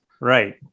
right